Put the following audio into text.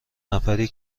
نفری